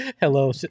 Hello